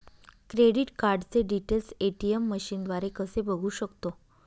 Credit कार्डचे details ATM मशीनद्वारे कसे बघू शकतो?